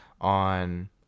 on